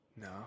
No